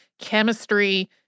chemistry